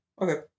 Okay